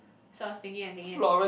so I was thinking and thinking and thinking